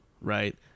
right